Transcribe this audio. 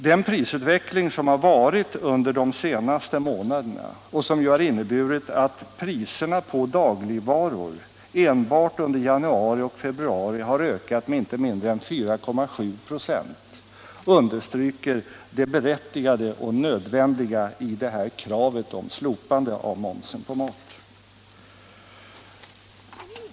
Den prisutveckling som har ägt rum under de senaste månaderna och som ju har inneburit att priserna på dagligvaror enbart under januari och februari har ökat med inte mindre än 4,7 ?6 understryker det berättigade och nödvändiga i kravet på slopande av momsen på mat.